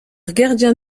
gardien